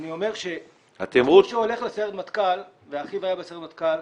אני אומר שמי שהולך לסיירת מטכ"ל ואחיו היה בסיירת מטכ"ל,